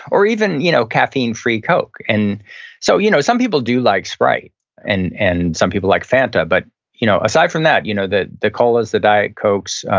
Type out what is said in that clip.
or even you know caffeine free coke. and so, you know some people do like sprite and and some people like fanta. but you know aside from that, you know the the colas, the diet cokes,